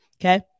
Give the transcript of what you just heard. Okay